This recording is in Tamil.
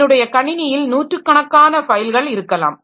என்னுடைய கணினியில் நூற்றுக்கணக்கான ஃபைல்கள் இருக்கலாம்